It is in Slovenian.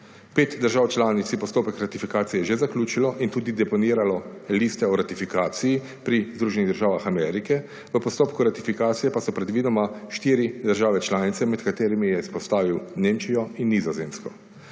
Pet držav članic je postopek ratifikacije že zaključilo in tudi deponiralo liste o ratifikacije pri Združenih državah Amerike. V postopku ratifikacije pa so predvidoma štiri države članice, med katerimi je izpostavil Nemčijo in Nizozemsko.